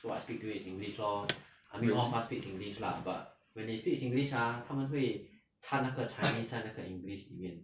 so I speak to you is english lor I mean all of us speak singlish lah but when they speak singlish ah 他们会禅那个 chinese 在那个 english 里面